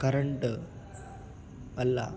current వల్ల